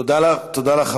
תודה לך,